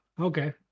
Okay